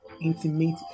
intimate